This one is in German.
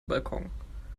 balkon